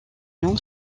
non